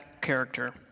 character